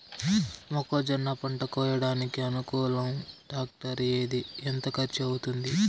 మొక్కజొన్న పంట కోయడానికి అనుకూలం టాక్టర్ ఏది? ఎంత ఖర్చు అవుతుంది?